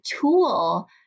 tool